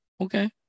okay